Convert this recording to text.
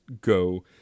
go